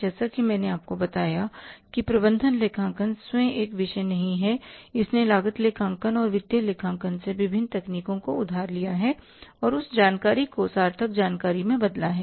जैसा कि मैंने आपको बताया कि प्रबंधन लेखांकन स्वयं एक विषय नहीं है इसने लागत लेखांकन और वित्तीय लेखांकन से विभिन्न तकनीकों को उधार लिया है और उस जानकारी को सार्थक जानकारी में बदला है